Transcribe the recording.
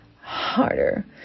harder